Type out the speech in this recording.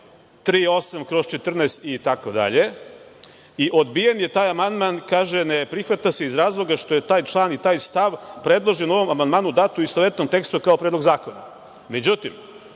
br.38/14)“ itd. Odbijen je taj amandman, kaže - ne prihvata se iz razloga što je taj član i taj stav predložen u ovom amandmanu dat u istovetnom tekstu kao predlog